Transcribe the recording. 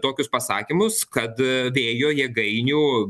tokius pasakymus kad vėjo jėgainių